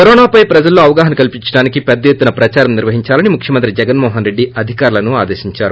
కరోనాపై ప్రజలలోఅవగాహన కల్పించడానికి పెద్ద ఎత్తున ప్రదారం నిర్వహిందాలని ముఖ్యమంత్రి జగన్మోహన్రెడ్డి అధికారులను ఆదేశిందారు